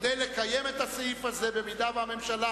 זה כדי לקיים את הסעיף הזה במידה שהממשלה